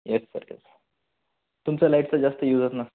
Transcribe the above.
yes sir yes तुमचा लाईटचा जास्त यूज असणार